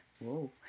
Whoa